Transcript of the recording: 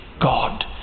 God